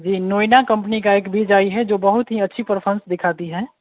जी नॉइना कम्पनी का एक बीज आया है जो बहुत ही अच्छी प्रोफेनस दिखाता है